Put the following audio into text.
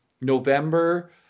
November